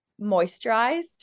moisturized